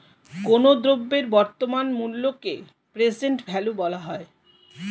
কোনো দ্রব্যের বর্তমান মূল্যকে প্রেজেন্ট ভ্যালু বলা হয়